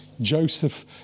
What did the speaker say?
Joseph